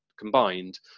combined